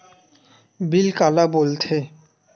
Bill काला बोल थे?